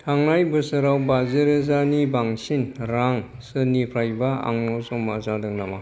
थांनाय बोसोराव बाजि रोजानि बांसिन रां सोरनिफ्रायबा आंनाव जमा जादों नामा